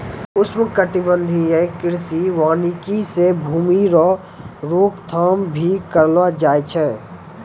उष्णकटिबंधीय कृषि वानिकी से भूमी रो रोक थाम भी करलो जाय छै